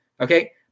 okay